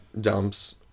dumps